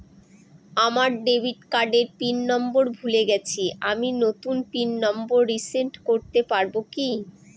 আমার ডেবিট কার্ডের pin number ভুলে গেছি আমি নূতন পিন নম্বর রিসেট করতে পারবো কি?